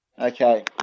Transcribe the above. Okay